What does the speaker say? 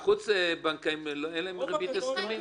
החוץ-בנקאיים אין להם ריבית הסכמית?